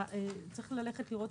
אתה צריך ללכת לראות,